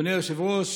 אדוני היושב-ראש,